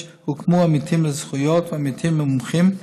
הוקמו התוכניות עמיתים לזכויות ועמיתים מומחים,